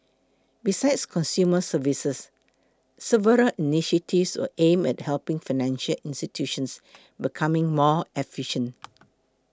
besides consumer services several initiatives were aimed at helping financial institutions become more efficient